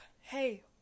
hey